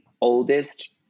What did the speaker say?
oldest